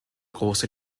große